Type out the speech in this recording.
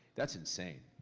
that's insane.